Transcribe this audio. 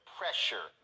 pressure